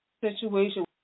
situation